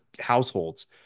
households